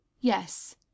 yes